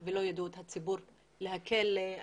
שלהן ולא יידעו את הציבור וזאת כדי להקל עליהם,